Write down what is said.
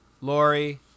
Lori